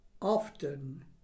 often